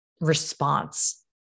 response